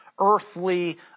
earthly